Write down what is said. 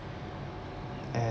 and